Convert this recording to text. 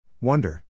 Wonder